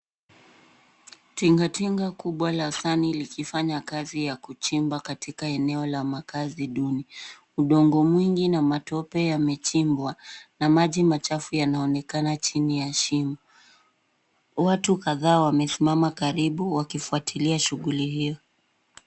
Tingatinga kubwa la Sanny likifanya kazi ya kuchimba katika eneo la makaazi duni. Udongo mwingi na matope yamechimbwa na maji machafu yanaonekana chini ya shimo. Watu kadhaa wamesimama karibu wakifuatilia shughuli hiyo.